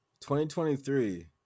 2023